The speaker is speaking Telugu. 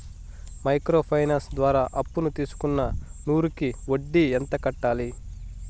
మైక్రో ఫైనాన్స్ ద్వారా అప్పును తీసుకున్న నూరు కి వడ్డీ ఎంత కట్టాలి?